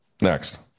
Next